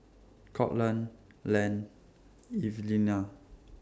Courtland Len Evelina